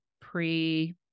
pre